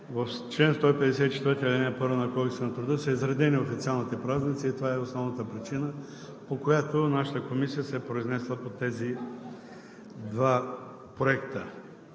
в чл. 154, ал. 1 на Кодекса на труда са изредени официалните празници и това е основната причина, по която нашата Комисия се е произнесла по тези два проекта.